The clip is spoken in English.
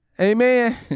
Amen